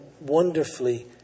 wonderfully